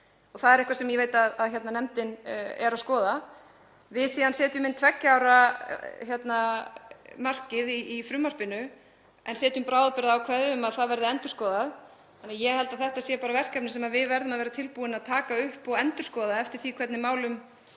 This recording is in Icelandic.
Það er eitthvað sem ég veit að nefndin er að skoða. Við setjum síðan tveggja ára markið í frumvarpinu en setjum bráðabirgðaákvæði um að það verði endurskoðað. Þannig að ég held að þetta sé verkefni sem við verðum að vera tilbúin að taka upp og endurskoða eftir því hvernig málum